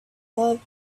loved